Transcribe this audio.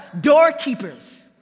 doorkeepers